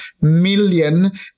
million